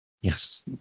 Yes